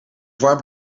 warmt